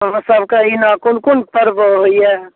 अहाँ सबके एने कोन कोन पर्ब होइए